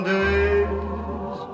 days